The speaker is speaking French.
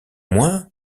moins